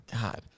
God